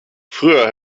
früher